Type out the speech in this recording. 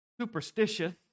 superstitious